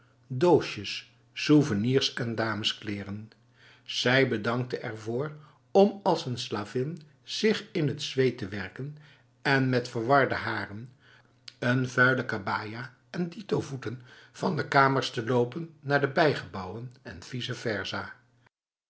doosjes souvenirs en dameskleren zij bedankte ervoor om als een slavin zich in t zweet te werken en met verwarde haren een vuile kabaja en dito voeten van de kamers te lopen naar de bijgebouwen en vice versa